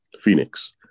Phoenix